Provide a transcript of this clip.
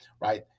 right